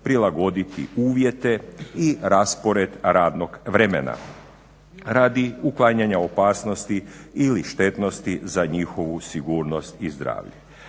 prilagoditi uvjete i raspored radnog vremena radi uklanjanja opasnosti ili štetnosti za njihovu sigurnost i zdravlje,